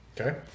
Okay